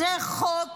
זה חוק